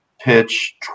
pitch